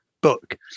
book